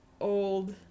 old